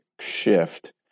shift